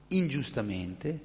ingiustamente